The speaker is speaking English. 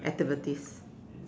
activities